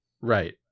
right